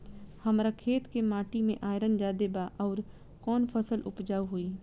हमरा खेत के माटी मे आयरन जादे बा आउर कौन फसल उपजाऊ होइ?